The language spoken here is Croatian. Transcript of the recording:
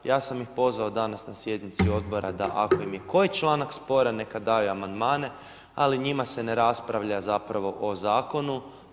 Ja sam ih pozvao danas na sjednici odbora da ako im je koji članak sporan neka daje amandmane ali njima se ne raspravlja zapravo o zakonu.